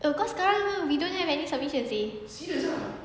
err cause sekarang we don't have any submission seh